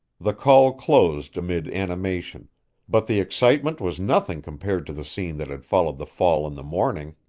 the call closed amid animation but the excitement was nothing compared to the scene that had followed the fall in the morning.